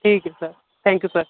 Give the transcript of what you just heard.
ٹھیک ہے sir thank you sir